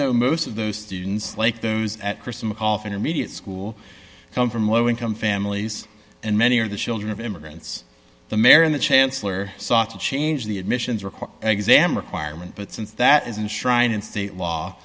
though most of those students like those at christa mcauliffe intermediate school come from low income families and many are the children of immigrants the mayor and the chancellor sought to change the admissions record exam requirement but since that is a shrine in state law